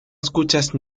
escuchas